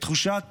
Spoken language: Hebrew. את תחושת